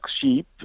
sheep